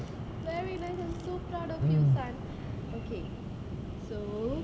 very nice and so proud of you son okay so